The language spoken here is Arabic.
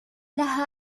لها